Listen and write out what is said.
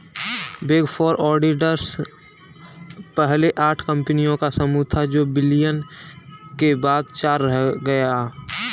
big four auditors पहले आठ कंपनियों का समूह था जो विलय के बाद चार रह गया